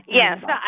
yes